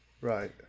Right